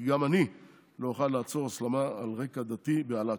כי גם אני לא אוכל לעצור הסלמה על רקע דתי באל-אקצה',